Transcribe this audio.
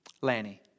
Lanny